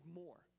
more